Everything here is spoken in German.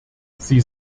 sie